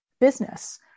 business